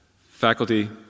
faculty